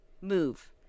move